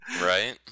right